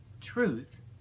Truth